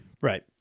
Right